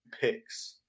picks